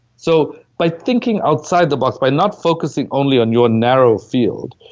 so by thinking outside the box, by not focusing only on your narrow field,